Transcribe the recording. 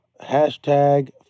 Hashtag